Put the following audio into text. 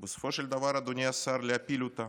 ובסופו של דבר, אדוני השר, להפיל אותה.